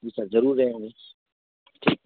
जी sir ज़रूर जाएँगे ठीक